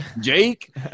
Jake